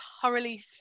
thoroughly